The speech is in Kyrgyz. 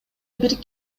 бир